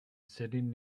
sitting